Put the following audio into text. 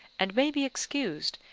and may be excused,